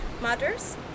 matters